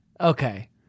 okay